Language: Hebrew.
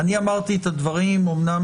אני אומנם